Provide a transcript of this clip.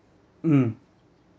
mm